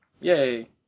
Yay